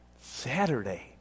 Saturday